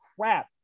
crap